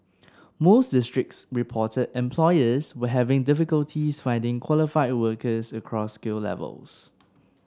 most districts reported employers were having difficulties finding qualified workers across skill levels